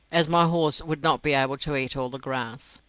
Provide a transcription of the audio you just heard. as my horse would not be able to eat all the grass.